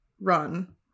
run